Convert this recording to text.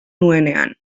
nuenean